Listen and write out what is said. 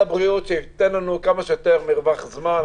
שייתנו לנו כמה שיותר מרחב זמן.